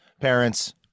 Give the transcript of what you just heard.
parents